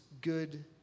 good